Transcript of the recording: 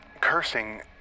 cursing